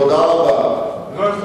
תודה רבה.